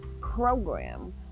program